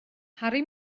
harri